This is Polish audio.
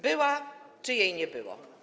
Była czy jej nie było?